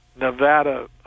Nevada